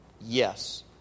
Yes